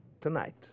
tonight